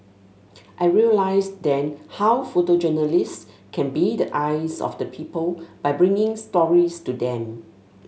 I realised then how photojournalists can be the eyes of the people by bringing stories to them